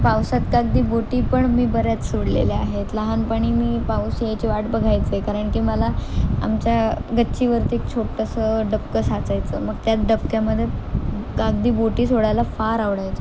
पावसात कागदी बोटी पण मी बऱ्याच सोडलेल्या आहेत लहानपणी मी पाऊस यायची वाट बघायचे कारण की मला आमच्या गच्चीवरती एक छोटंसं डबकं साचायचं मग त्यात डबक्यामध्ये कागदी बोटी सोडायला फार आवडायच्या